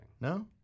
No